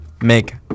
make